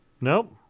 Nope